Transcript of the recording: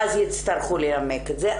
ואז יצטרכו לנמק את זה.